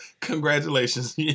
Congratulations